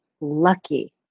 lucky